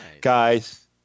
Guys